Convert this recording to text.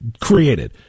created